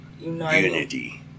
unity